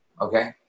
Okay